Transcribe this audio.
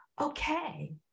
okay